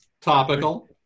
topical